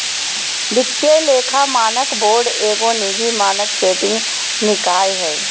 वित्तीय लेखा मानक बोर्ड एगो निजी मानक सेटिंग निकाय हइ